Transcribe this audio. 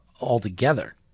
altogether